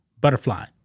butterfly